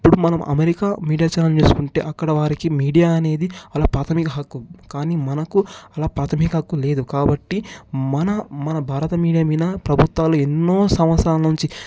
ఇప్పుడు మనం America media channel చూసుకుంటే అక్కడ వారికి మీడియా అనేది వాళ్ళ ప్రాథమిక హక్కు కానీ మనకు అలా ప్రాథమిక హక్కు లేదు కాబట్టి మన మన భారత మీడియా మీద ప్రభుత్వాలు ఎన్నో సంవత్సరాల నుంచి